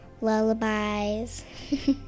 lullabies